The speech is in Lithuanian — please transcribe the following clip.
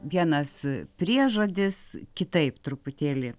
vienas priežodis kitaip truputėlį